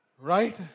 right